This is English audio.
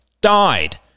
died